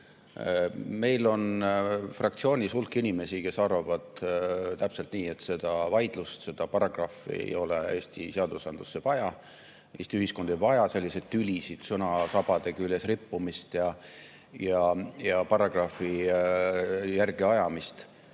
Meil on fraktsioonis hulk inimesi, kes arvavad täpselt nii, et seda vaidlust, seda paragrahvi ei ole Eesti seadusandlusse vaja. Eesti ühiskond ei vaja selliseid tülisid, sõnasabade küljes rippumist ja paragrahvides järge ajamist